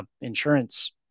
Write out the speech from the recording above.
insurance